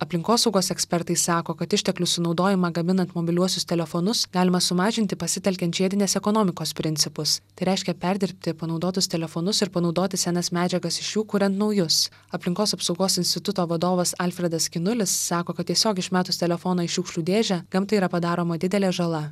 aplinkosaugos ekspertai sako kad išteklių sunaudojimą gaminant mobiliuosius telefonus galima sumažinti pasitelkiant žiedinės ekonomikos principus tai reiškia perdirbti panaudotus telefonus ir panaudoti senas medžiagas iš jų kuriant naujus aplinkos apsaugos instituto vadovas alfredas skinulis sako kad tiesiog išmetus telefoną į šiukšlių dėžę gamtai yra padaroma didelė žala